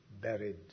buried